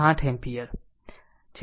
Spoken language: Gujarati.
8 એમ્પીયર છે